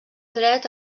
dret